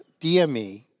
DME